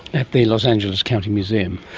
at the los angeles county museum.